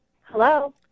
Hello